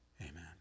Amen